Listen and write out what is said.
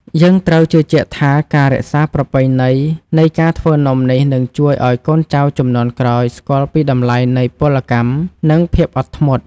យើងត្រូវជឿជាក់ថាការរក្សាប្រពៃណីនៃការធ្វើនំនេះនឹងជួយឱ្យកូនចៅជំនាន់ក្រោយស្គាល់ពីតម្លៃនៃពលកម្ម និង ភាពអត់ធ្មត់។